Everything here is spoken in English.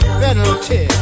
penalty